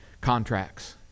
contracts